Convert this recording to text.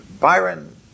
Byron